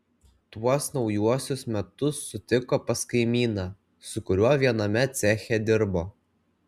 tuos naujuosius metus sutiko pas kaimyną su kuriuo viename ceche dirbo